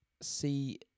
see